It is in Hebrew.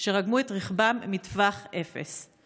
שרגמו את רכבם מטווח אפס.